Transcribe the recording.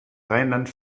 rheinland